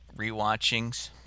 rewatchings